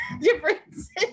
differences